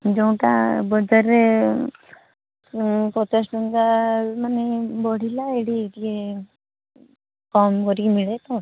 ଯେଉଁଟା ବଜାରରେ ପଚାଶ ଟଙ୍କା ମାନେ ବଢ଼ିଲା ଏଇଟି ଟିକେ କମ୍ କରିକି ମିଳେ ତ